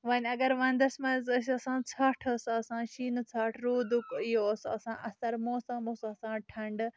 وۄنۍ اگر وندس منز ٲسۍ آسان ژٹھ ٲس آسان شیٖنہٕ ژٹھ روٗدکھ یہِ اوس آسان اثر موسم اوس آسان ٹھنڈٕ